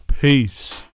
Peace